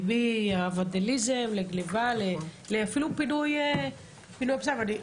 היא מהוונדליזם, לגניבה ואפילו פינו אשפה.